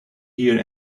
here